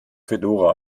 fedora